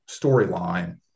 storyline